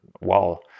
wall